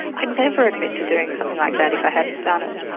i'd never admit to doing something like that if i hadn't done it.